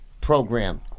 program